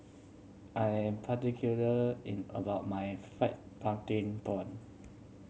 I am particular in about my fried pumpkin prawn